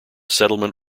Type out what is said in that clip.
settlement